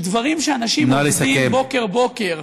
שלדברים שאנשים עובדים בוקר-בוקר,